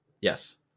Yes